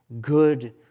good